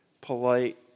polite